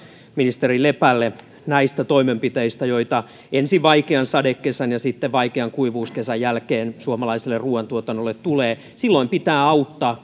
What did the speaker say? ministeri lepälle näistä toimenpiteistä joita ensin vaikean sadekesän ja sitten vaikean kuivuuskesän jälkeen suomalaiselle ruuantuotannolle tulee silloin pitää auttaa